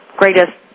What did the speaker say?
greatest